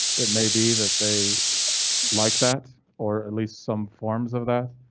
it may be that they like that, or at least some forms of that,